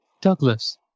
Douglas